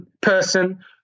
person